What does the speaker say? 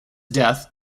death